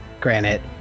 Granite